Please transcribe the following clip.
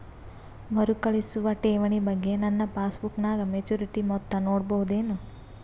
ಮರುಕಳಿಸುವ ಠೇವಣಿ ಬಗ್ಗೆ ನನ್ನ ಪಾಸ್ಬುಕ್ ನಾಗ ಮೆಚ್ಯೂರಿಟಿ ಮೊತ್ತ ನೋಡಬಹುದೆನು?